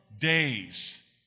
days